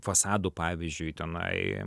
fasadų pavyzdžiui tenai